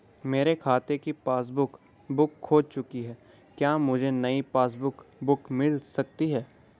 मेरे खाते की पासबुक बुक खो चुकी है क्या मुझे नयी पासबुक बुक मिल सकती है?